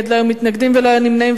לא היו מתנגדים ולא היו נמנעים,